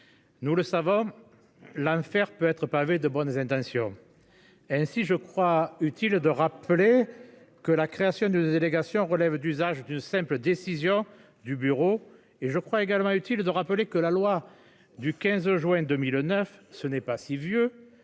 Nous le savons. L'enfer peut être pavée de bonnes intentions. Ainsi je crois utile de rappeler que la création d'une délégation relève d'usage du simple décision du bureau et je crois également utile de rappeler que la loi du 15 juin 2009. Ce n'est pas si vieux